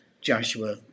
Joshua